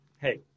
hey